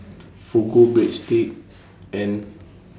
Fugu Breadsticks and